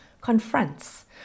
confronts